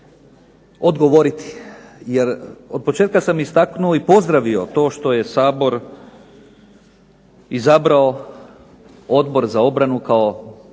odgovoriti. Jer od početka sam istaknuo i pozdravio to što je Sabor izabrao Odbor za obranu kao nama